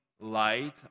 light